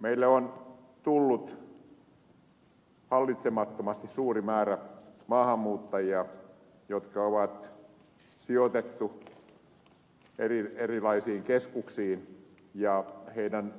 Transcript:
meille on tullut hallitsemattomasti suuri määrä maahanmuuttajia jotka on sijoitettu erilaisiin keskuksiin ja heidän